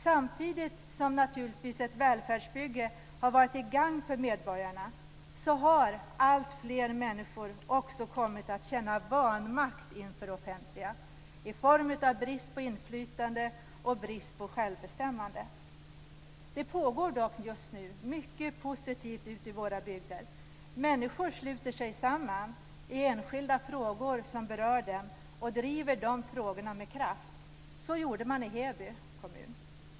Samtidigt som ett välfärdsbygge naturligtvis har varit till gagn för medborgarna har alltfler människor också kommit att känna vanmakt inför det offentliga på grund av brist på inflytande och brist på självbestämmande. Det pågår dock just nu mycket positivt ute i våra bygder. Människor sluter sig samman i enskilda frågor som berör dem och driver de frågorna med kraft. Så gjorde man i Heby kommun.